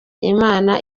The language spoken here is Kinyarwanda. imana